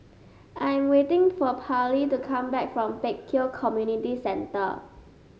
I'm waiting for Pallie to come back from Pek Kio Community Centre